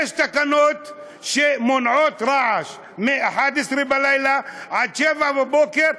יש תקנות שמונעות רעש מ-23:00 עד 07:00,